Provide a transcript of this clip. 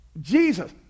Jesus